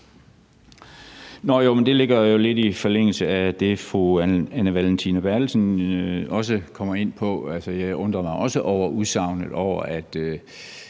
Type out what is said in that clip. det ligger jo lidt i forlængelse af det, fru Anne Valentina Berthelsen også kom ind på. Altså, jeg undrer mig også over